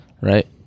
right